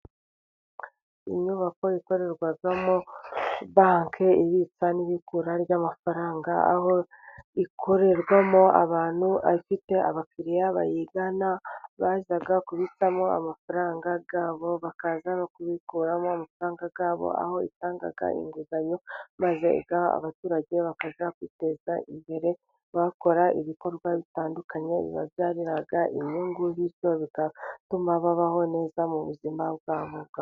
Inyubako ikorerwamo bake ibitsa ni ibikura ry'amafaranga, aho ikorerwamo abantu ifite abakiriya bayigana, baza kubitsamo amafaranga yabo, bakaza no kubikuramo amafaranga yabo, aho itanga inguzanyo maze igaha abaturage, bakajya kwiteza imbere bakora ibikorwa bitandukanye bibabyarira inyungu, bityo bituma babaho neza mu buzima bwabo.